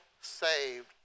saved